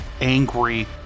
angry